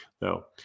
No